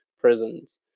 prisons